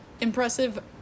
impressive